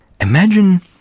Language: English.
Imagine